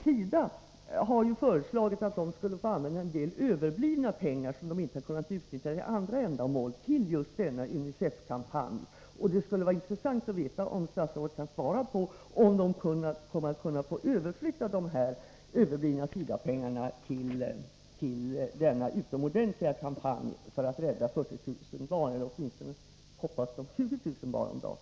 SIDA har ju föreslagit att man skulle få använda en del överblivna pengar, som man inte har kunnat utnyttja till andra ändamål, till just denna UNICEF-kampanj. Det skulle vara intressant att veta om statsrådet kan svara på om SIDA kommer att kunna få överflytta de överblivna pengarna till denna utomordentliga kampanj för att rädda 40 000 barn om dagen eller åtminstone, hoppas man, 20 000 barn.